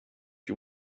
you